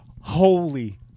Holy